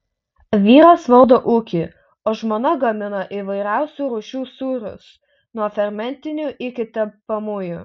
vyras valdo ūkį o žmona gamina įvairiausių rūšių sūrius nuo fermentinių iki tepamųjų